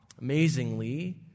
Amazingly